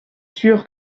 sûre